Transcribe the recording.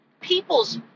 people's